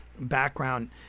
background